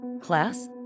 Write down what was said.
Class